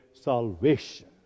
salvation